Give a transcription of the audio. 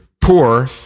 poor